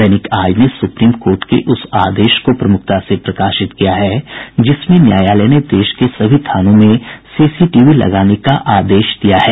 दैनिक आज ने supreme court के उस आदेश को प्रमुखता से प्रकाशित किया है जिसमें न्यायालय ने देश के सभी थानों में सीसीटीवी लगाने का आदेश दिया है